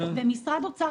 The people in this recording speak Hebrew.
ומשרד האוצר,